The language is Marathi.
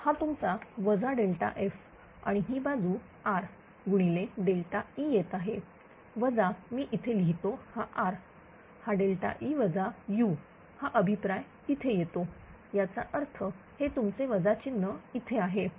तर हा तुमचा वजा F आणि ही बाजू R गुणिले E येत आहे वजा मी इथे लिहितो हा R हा Eवजा u हा अभिप्राय तिथे येतो याचा अर्थ हे तुमचे वजा चिन्ह इथे आहे